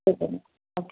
okay okay